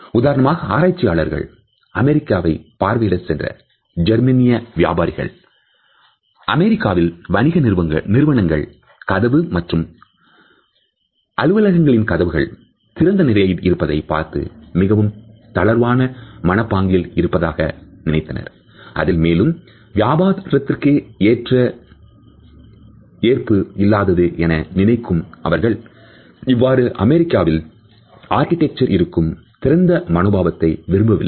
உதாரணமாக ஆராய்ச்சியாளர்கள் அமெரிக்காவை பார்வையிடச் சென்ற ஜெர்மன் வியாபாரிகள் அமெரிக்காவில் வணிக நிறுவனங்கள் கதவு மற்றும் அலுவலகங்களின் கதவுகள் திறந்த நிலையில் இருப்பதை பார்த்து மிகவும் தளர்வான மனப்பாங்கில் இருப்பதாக நினைத்தனர் அதில் மேலும் வியாபாரத்திற்கு ஏற்பு இல்லாதது என நினைக்கும் அவர்கள் இவ்வாறு அமெரிக்காவில் ஆர்க்கிடெக்சர் இருக்கும் திறந்த மனோபாவத்தை விரும்பவில்லை